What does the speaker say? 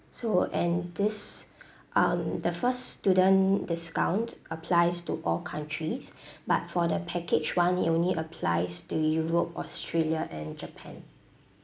so and this um the first student discount applies to all countries but for the package one it only applies to europe australia and japan